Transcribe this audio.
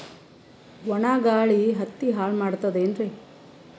ಒಣಾ ಗಾಳಿ ಹತ್ತಿ ಹಾಳ ಮಾಡತದೇನ್ರಿ?